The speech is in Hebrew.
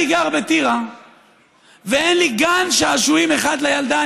אני גר בטירה ואין לי גן שעשועים אחד לילדה.